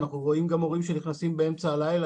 אנחנו רואים הורים שמגיעים באמצע הלילה,